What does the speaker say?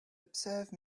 observe